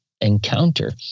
encounter